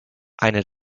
eine